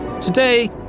Today